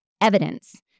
evidence